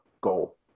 goal